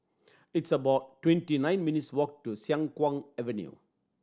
it's about twenty nine minutes' walk to Siang Kuang Avenue